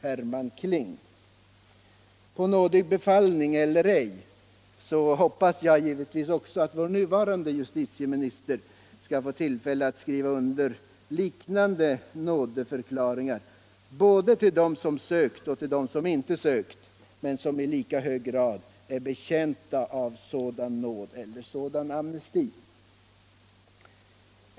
Herman Kling.” På nådig befallning eller ej, så hoppas jag givetvis att också vår nuvarande justitieminister skall få tillfälle att skriva under liknande nådeförklaringar både till dem som sökt och till dem som inte sökt men som i lika hög grad är betjänta av sådan nåd eller sådan amnesti.